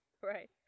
Right